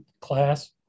class